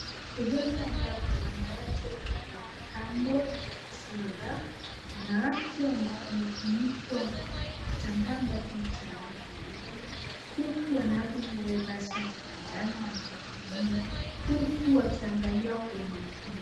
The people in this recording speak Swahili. Sehemu ambapo wanawake wanaweza kupangwa sura. Wanawake wamefunikwa kitambaa ambacho ni cha rangi nyeupe huku wanawake wamevaa shati za njano wanawahudumia huku wakiangalia kwa umakini.